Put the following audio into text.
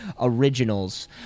originals